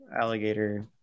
alligator